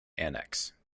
annex